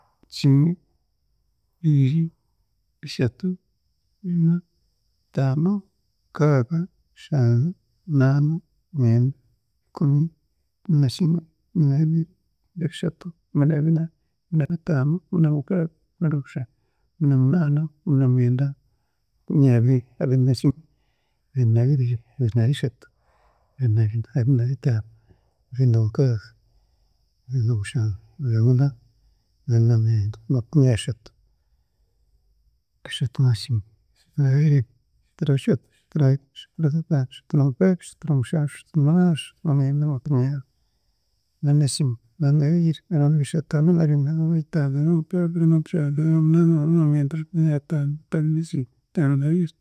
Kimwe, Bibiri, Bishatu, Bina, Taano, Kaaga, Shanju, Naana, Mwenda, Ikumi, Kuminakimwe, Kuminabiiri, Kuminabishatu, Kuminabina, Kuminabitaano, Kuminamukaaga, Kuminamushanju, Kuminamunaana, Kuminamwenda, Makumyabiri, Abirinakimwe, Abirinabibiri, Abirinabishatu, Abirinabina, Abirinabitaano, Abirinamukaaga, Abirinamushanju, Abirinabuna, Abirinamwenda, Makumyashatu, Ashatunakimwe, Ashatunabibiri, Ashatunabishatu, Ashatunabina, Ashatunabitaano, Ashatunamukaaga, Ashatunamushanju, Ashatunamunaana, Ashatunamwenda, Makumyana, Ananakimwe, Ananabiiri, Ananabishatu, Ananabina, Ananabitaano, Ananamukaaga, Ananamushanju, Ananamunaana, Ananamwenda, Makumyataano, Atanonakimwe, Ataanonabibiri